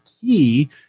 key